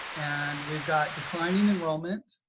and we've got declining enrollment.